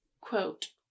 quote